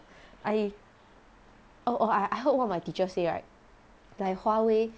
I oh oh I I heard one of my teacher say right like huawei